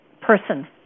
person